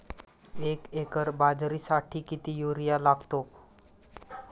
एक एकर बाजरीसाठी किती युरिया लागतो?